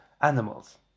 animals